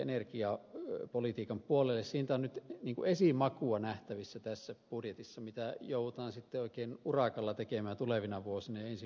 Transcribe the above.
siitä on nyt niin kuin esimakua nähtävissä tässä budjetissa ja sitä joudutaan sitten oikein urakalla tekemään tulevina vuosina ja ensi vuosikymmenillä